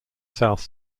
south